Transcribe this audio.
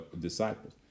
disciples